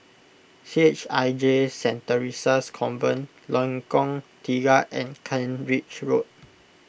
C H I J Saint theresa's Convent Lengkong Tiga and Kent Ridge Road